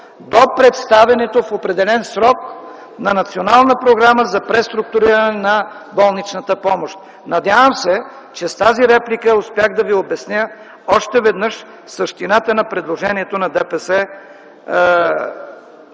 до представянето в определен срок на Национална програма за преструктуриране на болничната помощ. Надявам се, че с тази реплика успях да ви обясня още веднъж същината на предложението на ДПС,